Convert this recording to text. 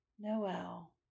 Noel